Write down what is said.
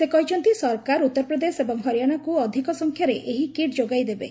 ସେ କହିଛନ୍ତି ସରକାର ଉତ୍ତରପ୍ରଦେଶ ଏବଂ ହରିଆଣାକୁ ଅଧିକ ସଂଖ୍ୟାରେ ଏହି କିଟ୍ ଯୋଗାଇ ଦେବେ